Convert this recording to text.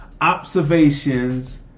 observations